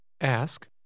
Ask